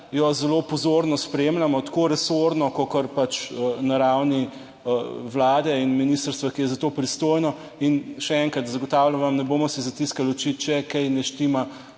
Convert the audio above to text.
jo zelo pozorno spremljamo, tako resorno, kakor pač na ravni Vlade in ministrstva, ki je za to pristojno. In še enkrat, zagotavljam vam, ne bomo si zatiskali oči, če kaj ne štima,